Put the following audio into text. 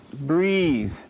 Breathe